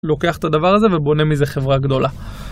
לוקח את הדבר הזה ובונה מזה חברה גדולה